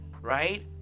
right